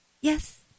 yes